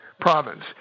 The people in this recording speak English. province